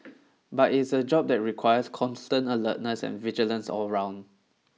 but it's a job that requires constant alertness and vigilance all round